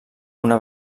una